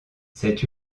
cette